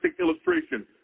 illustration